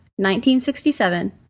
1967